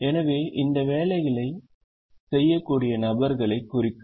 எனவே இந்த வேலைகளைச் செய்யக்கூடிய நபர்களை குறிக்கும்